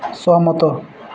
ସହମତ